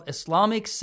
Islamic